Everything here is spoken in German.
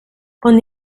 und